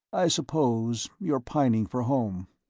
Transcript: i suppose you're pining for home,